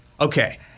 Okay